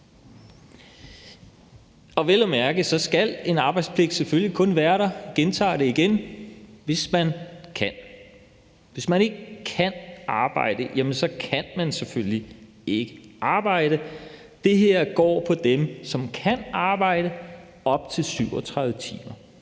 Vel at mærke skal en arbejdspligt selvfølgelig kun være der – jeg gentager det igen – hvis man kan. Hvis man ikke kan arbejde, kan man selvfølgelig ikke arbejde. Det her går på dem, som kan arbejde op til 37 timer.